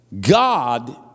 God